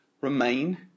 remain